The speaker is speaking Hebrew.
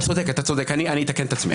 אתה צודק, אני אתקן את עצמי.